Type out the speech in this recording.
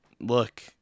Look